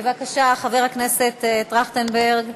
בבקשה, חבר הכנסת טרכטנברג.